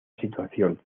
situación